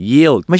Yield